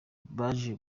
baje